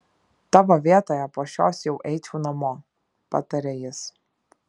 tavo vietoje po šios jau eičiau namo patarė jis